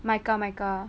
M_I_C_A M_I_C_A